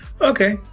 Okay